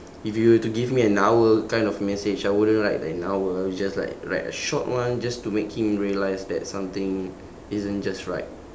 if you were to give me an hour kind of message I wouldn't write an hour I would just like write a short one just to make him realise that something isn't just right